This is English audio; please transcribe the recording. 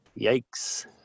Yikes